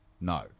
no